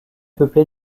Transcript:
peuplée